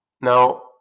Now